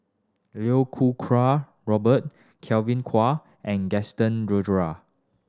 Iau Ku Kwa Robert Kevin Kwa and Gaston